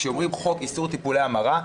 כאשר אומרים: חוק איסור טיפולי המרה,